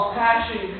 passion